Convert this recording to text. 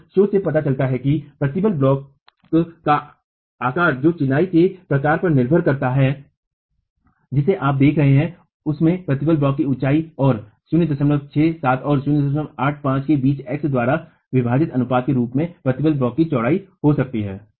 और शोध से पता चलता है कि प्रतिबल ब्लॉक का आकार जो चिनाई के प्रकार पर निर्भर करता है जिसे आप देख रहे हैं उनमें प्रतिबल ब्लॉक की ऊंचाई और 067 और 085 के बीच x एक्स द्वारा विभाजित अनुपात के रूप में प्रतिबल ब्लॉक की चौड़ाई है